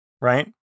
Right